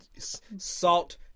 Salt